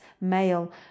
male